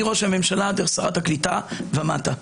מראש הממשלה דרך שרת הקליטה ומטה.